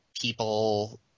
people